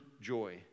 joy